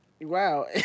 Wow